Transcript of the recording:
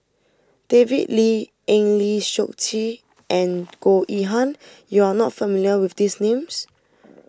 David Lee Eng Lee Seok Chee and Goh Yihan you are not familiar with these names